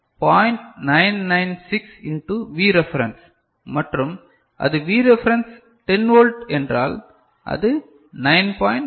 996 into V reference மற்றும் அது V reference 10 volt என்றால் அது 9